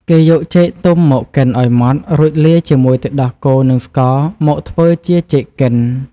គេយកចេកទុំមកកិនឲ្យម៉ត់ រួចលាយជាមួយទឹកដោះគោ និងស្ករ មកធ្វើជាចេកកិន។